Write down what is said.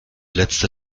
letzte